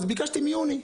אז ביקשתי מיוני.